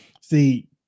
see